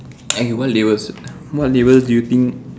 and what labels what labels do you think